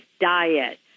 diet